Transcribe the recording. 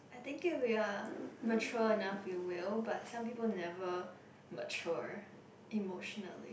I think if we are mature enough we will but some people never mature emotionally